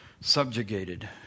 subjugated